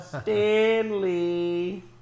Stanley